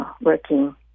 working